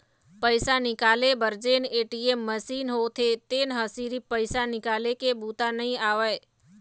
पइसा निकाले बर जेन ए.टी.एम मसीन होथे तेन ह सिरिफ पइसा निकाले के बूता नइ आवय